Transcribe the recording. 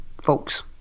folks